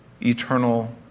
eternal